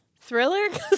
Thriller